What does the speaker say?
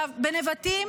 בנבטים